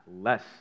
less